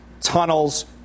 tunnels